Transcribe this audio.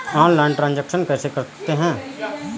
Online transaction कैसे करते हैं?